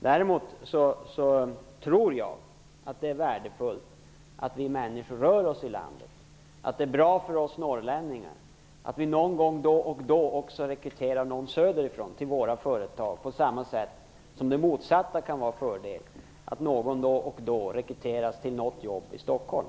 Däremot tror jag att det är värdefullt att vi människor rör oss i landet, att det är bra för oss norrlänningar att då och då rekrytera någon söderifrån till våra företag, på samma sätt som det kan vara en fördel att någon norrifrån då och då rekryteras till något jobb i Stockholm.